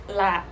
la